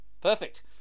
Perfect